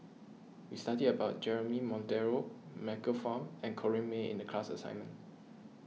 we studied about Jeremy Monteiro Michael Fam and Corrinne May in the class assignment